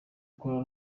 gukora